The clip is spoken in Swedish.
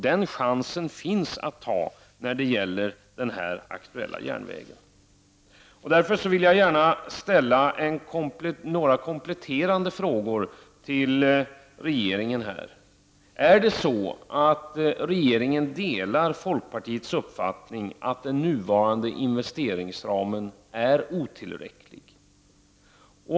Denna chans finns när det gäller den här aktuella järnvägen. Delar regeringen folkpartiets uppfattning att den nuvarande investeringsramen är otillräcklig?